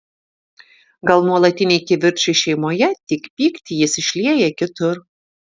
gal nuolatiniai kivirčai šeimoje tik pyktį jis išlieja kitur